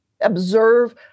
Observe